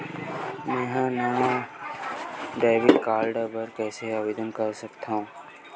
मेंहा नवा debit card बर कैसे आवेदन कर सकथव?